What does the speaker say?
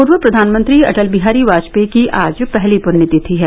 पूर्व प्रधानमंत्री अटल बिहारी वाजपेयी की आज पहली पृण्यतिथि है